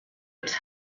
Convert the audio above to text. its